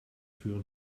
führen